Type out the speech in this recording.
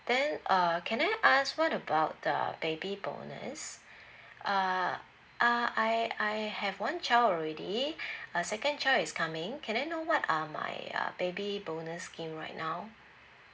then uh can I ask what about the baby bonus uh uh I I have one child already uh second child is coming can I know what um my uh baby bonus scheme right now